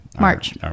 March